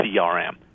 CRM